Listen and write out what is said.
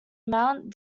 mount